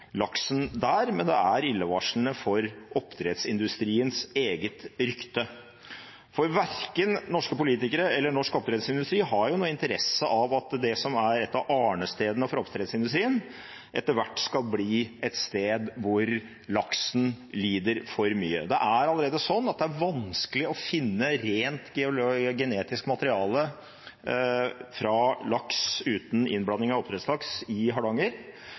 oppdrettsindustriens eget rykte, for verken norske politikere eller norsk oppdrettsindustri har jo noen interesse av at det som er et av arnestedene for oppdrettsindustrien, etter hvert skal bli et sted hvor laksen lider for mye. Det er allerede sånn at det er vanskelig å finne rent genetisk materiale fra laks, uten innblanding av oppdrettslaks, i Hardanger,